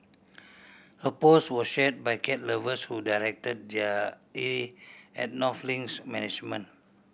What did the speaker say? her post was share by cat lovers who directed their ire at North Link's management